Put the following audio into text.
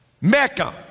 Mecca